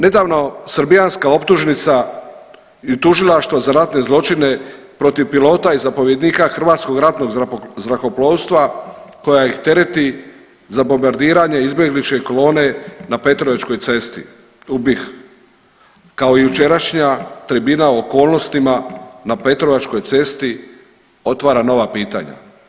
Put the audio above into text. Nedavno, srbijanska optužnica i tužilaštvo za ratne zločine protiv pilota i zapovjednika Hrvatskog ratnog zrakoplovstva koja ih tereti za bombardiranje izbjegličke kolone na Petrovačkoj cesti u BiH, kao jučerašnja tribina o okolnostima na Petrovačkoj cesti otvara nova pitanja.